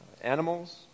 animals